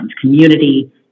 community